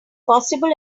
possible